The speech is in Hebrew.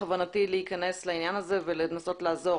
בכוונתי להיכנס לעניין הזה ולנסות לעזור